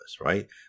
right